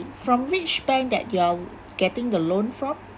from which bank that you're getting the loan from